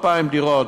2,000 דירות,